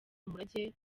umurage